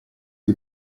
dei